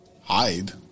Hide